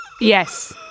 yes